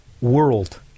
world